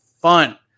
fun